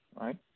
right